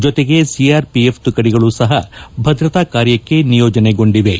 ಜತೆಗೆ ಸಿಆರ್ಪಿಎಫ್ ತುಕಡಿಗಳು ಸಹ ಭದ್ರತಾ ಕಾರ್ಯಕ್ಕೆ ನಿಯೋಜನೆಗೊಂಡಿವೆ